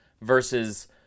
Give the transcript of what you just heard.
versus